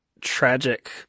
tragic